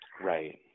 Right